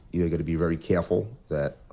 you got to be very careful. that